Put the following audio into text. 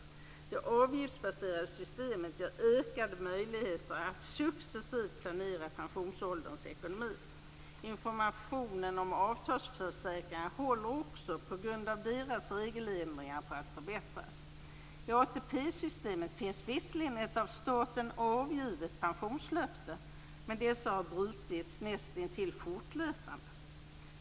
Det avgiftsbaserade systemet ger ökade möjligheter att successivt planera pensionsålderns ekonomi. Informationen om avtalsförsäkringarna håller också på grund av deras regeländringar på att förbättras. I ATP-systemet finns visserligen av staten avgivna pensionslöften men dessa har brutits nästintill fortlöpande.